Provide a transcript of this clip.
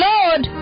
Lord